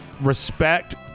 respect